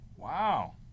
Wow